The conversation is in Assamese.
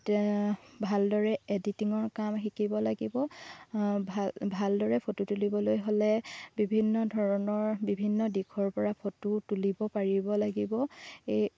ভালদৰে এডিটিঙৰ কাম শিকিব লাগিব ভালদৰে ফটো তুলিবলৈ হ'লে বিভিন্ন ধৰণৰ বিভিন্ন দিশৰপৰা ফটো তুলিব পাৰিব লাগিব এই